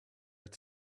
were